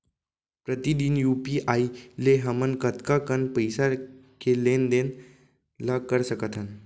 प्रतिदन यू.पी.आई ले हमन कतका कन पइसा के लेन देन ल कर सकथन?